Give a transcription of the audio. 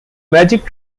magic